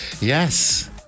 Yes